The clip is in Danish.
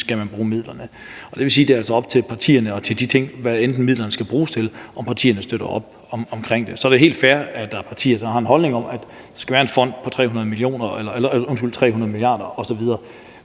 skal bruge midlerne. Det vil sige, at det altså er op til partierne, og hvad midlerne skal bruges til, om partierne støtter op om det. Så er det helt fair, at der er partier, der har en holdning om, at der skal være en fond på 300 mia. kr. osv.